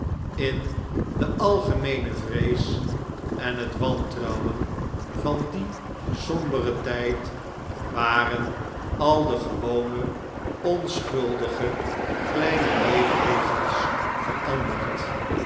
in de algemeene vrees en het wantrouwen van dien somberen tijd waren al de gewone onschuldige kleine leefregels veranderd